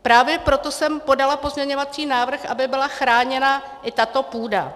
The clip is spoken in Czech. Právě proto jsem podala pozměňovací návrh, aby byla chráněna i tato půda.